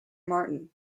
martin